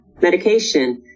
medication